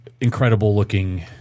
incredible-looking